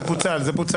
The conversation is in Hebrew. זה פוצל.